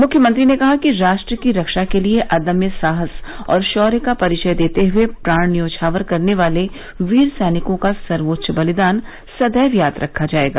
मुख्यमंत्री ने कहा कि राष्ट्र की रक्षा के लिये अदम्य साहस और शौर्य का परिचय देते हुए प्राण न्यौछावर करने वाले वीर सैनिकों का सर्वोच्च बलिदान सदैव याद रखा जायेगा